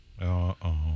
Uh-oh